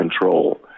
control